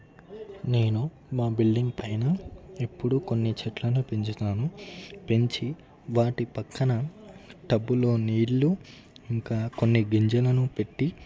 నేను మా బిల్డింగ్ పైన ఎప్పుడు కొన్ని చెట్లను పెంచుతాను పెంచి వాటి పక్కన టబ్బులో నీళ్లు ఇంకా కొన్ని గింజలను పెట్టి